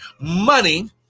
money